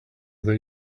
that